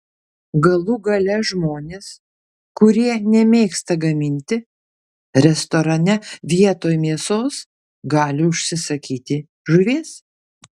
galų gale žmonės kurie nemėgsta gaminti restorane vietoj mėsos gali užsisakyti žuvies